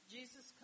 Jesus